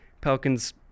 Pelicans